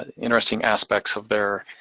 interesting aspects of their,